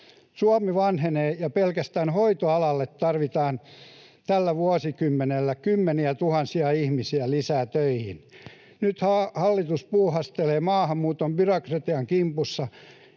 Suomi vanhenee, ja pelkästään hoitoalalle tarvitaan tällä vuosikymmenellä töihin kymmeniä tuhansia ihmisiä lisää. Nyt hallitus puuhastelee maahanmuuton byrokratian kimpussa,